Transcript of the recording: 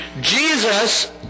Jesus